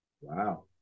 Wow